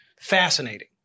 Fascinating